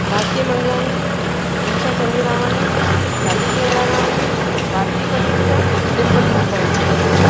Bharti Manglani Richa Chandiramani Rajshree Gangaramani Bharti Bhatija Dimple Murpani